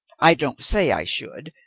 i don't say i should,